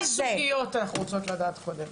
כן, מה הסוגיות אנחנו רוצות לדעת קודם.